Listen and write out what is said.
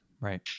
right